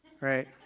Right